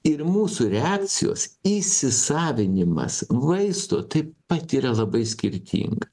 ir mūsų reakcijos įsisavinimas vaistų tai patiria labai skirtingai